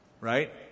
right